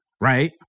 right